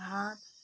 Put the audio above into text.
भात